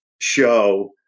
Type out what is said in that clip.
show